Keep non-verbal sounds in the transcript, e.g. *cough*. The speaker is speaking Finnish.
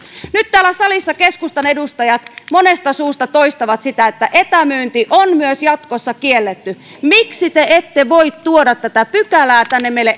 nyt täällä salissa keskustan edustajat monesta suusta toistavat sitä että etämyynti on myös jatkossa kielletty miksi te ette voi tuoda tätä pykälää tänne meille *unintelligible*